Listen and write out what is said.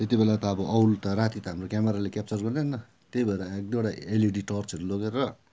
त्यति बेला त अब औल त राति त हाम्रो क्यामराले क्याप्चर गर्दैन त्यही भएर एक दुइवटा एलइडी टर्चहरू लगेर